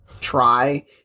try